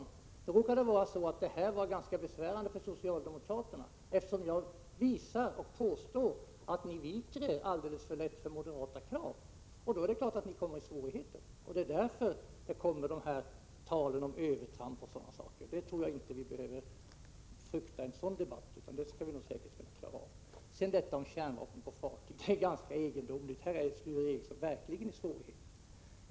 Nu råkar det jag tog upp denna gång vara ganska besvärande för socialdemokraterna, eftersom jag påvisar att ni viker er alldeles för lätt för moderata krav. Då är det klart att ni får svårigheter. Därför kommer det här talet om övertramp. Men en sådan debatt tror jag inte att vi behöver frukta, den avvägningen skall vi säkert kunna klara av. Det är ganska egendomligt, men i fråga om kärnvapen på fartyg har Sture Ericson verkligen svårigheter.